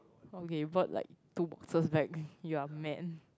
okay bought like two boxes back you're man